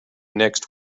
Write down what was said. next